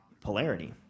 polarity